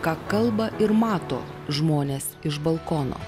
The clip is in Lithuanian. ką kalba ir mato žmonės iš balkono